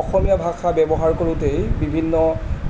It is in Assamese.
অসমীয়া ভাষা ব্যৱহাৰ কৰোঁতেই বিভিন্ন